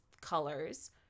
colors